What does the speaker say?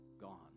gone